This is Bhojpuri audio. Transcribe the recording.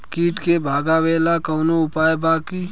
कीट के भगावेला कवनो उपाय बा की?